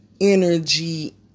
energy